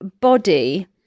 body